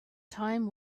time